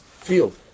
field